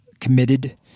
committed